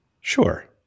Sure